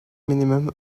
minimum